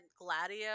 gladio